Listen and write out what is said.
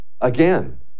Again